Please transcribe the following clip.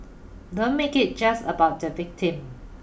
don't make it just about the victim